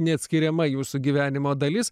neatskiriama jūsų gyvenimo dalis